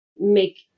make